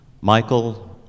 Michael